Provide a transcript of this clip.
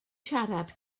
siarad